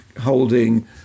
holding